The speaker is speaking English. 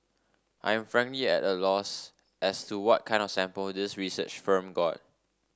I am frankly at a loss as to what kind of sample this research firm got